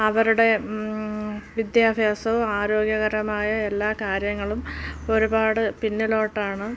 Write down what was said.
അവരുടെ വിദ്യാഭ്യാസവും ആരോഗ്യകരമായ എല്ലാ കാര്യങ്ങളും ഒരുപാട് പിന്നിലോട്ടാണ്